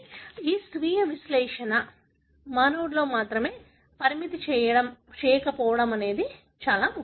అందుకే మీరు కేవలం మీ సీక్వెన్స్ విశ్లేషణను మానవుడితో మాత్రమే పరిమితం చేయకపోవడం ముఖ్యం